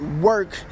work